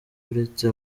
uretse